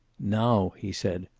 now! he said.